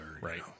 right